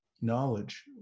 knowledge